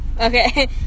Okay